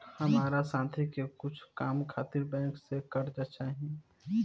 हमार साथी के कुछ काम खातिर बैंक से कर्जा चाही